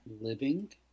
living